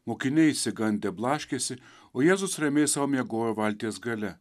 mokiniai išsigandę blaškėsi o jėzus ramiai sau miegojo valties gale